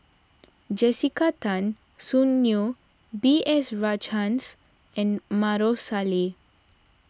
Jessica Tan Soon Neo B S Rajhans and Maarof Salleh